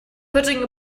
putting